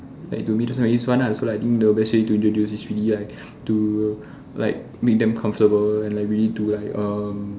like to me just make it fun lah so like think the best way to introduce is really like to like make them comfortable and like really do like um